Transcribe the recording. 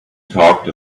talked